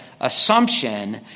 assumption